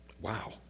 Wow